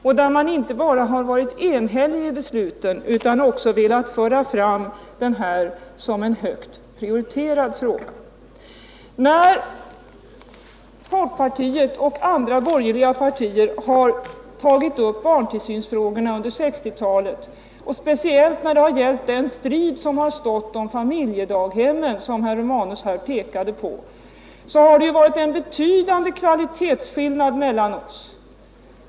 Och man har inte bara fattat enhälliga beslut utan har också fört fram detta som en högt prioriterad fråga. När folkpartiet och andra borgerliga partier tagit upp barntillsynsfrågan under 1960-talet — och speciellt under den strid om familjedaghemmen som herr Romanus pekade på — har det varit en betydande kvalitetsskillnad mellan er och oss.